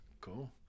Cool